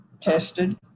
tested